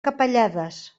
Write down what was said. capellades